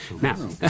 Now